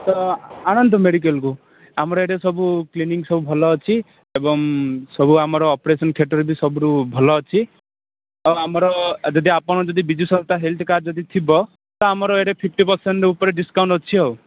ତ ଆଣନ୍ତୁ ମେଡ଼ିକାଲ୍କୁ ଆମର ଏଠି ସବୁ କ୍ଲିନିକ୍ ସବୁ ଭଲ ଅଛି ଏବଂ ସବୁ ଆମର ଅପେରସନ୍ ଥିଏଟର୍ ବି ସବୁଠୁ ଭଲ ଅଛି ଆଉ ଆମର ଯଦି ଆପଣ ଯଦି ବିଜୁ ସ୍ୱାସ୍ଥ୍ୟ ହେଲ୍ଥ୍ କାର୍ଡ଼ ଯଦି ଥିବ ତ ଆମର ଏଠି ଫିପ୍ଟି ପରସେଣ୍ଟ୍ ଉପରେ ଡିସକାଉଣ୍ଟ୍ ଅଛି ଆଉ